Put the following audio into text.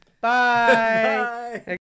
bye